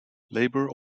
labor